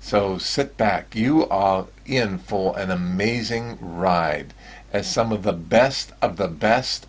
so sit back you are in full and amazing ride as some of the best of the best